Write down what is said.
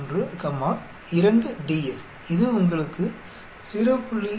833 comma 2 df இது உங்களுக்கு 0